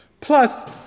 Plus